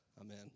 Amen